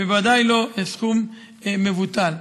בוודאי לא סכום מבוטל.